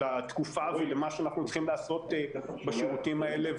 לתקופה ולמה שאנחנו צריכים לעשות בשירותים האלה,